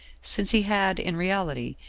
since he had, in reality,